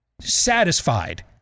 satisfied